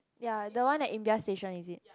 ya the one at the Imbiah station is it